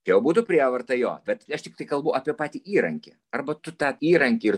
čia jau būtų prievarta jo bet aš tiktai kalbu apie patį įrankį arba tu tą įrankį ir